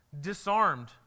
disarmed